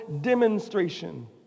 Demonstration